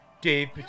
dave